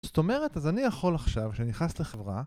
זאת אומרת, אז אני יכול עכשיו, כשאני נכנס לחברה